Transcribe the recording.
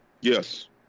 Yes